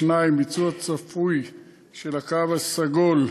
2. ביצוע צפוי של "הקו הסגול"